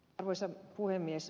arvoisa puhemies